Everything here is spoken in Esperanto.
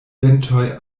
ventoj